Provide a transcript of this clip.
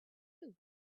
you